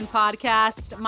podcast